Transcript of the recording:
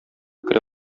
керә